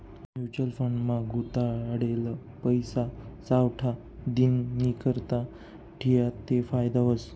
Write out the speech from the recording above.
mutual fund मा गुताडेल पैसा सावठा दिननीकरता ठियात ते फायदा व्हस